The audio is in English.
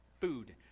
food